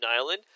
Island